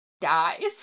dies